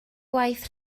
gwaith